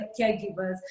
caregivers